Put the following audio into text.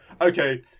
Okay